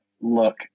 look